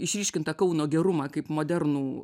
išryškintą kauno gerumą kaip modernų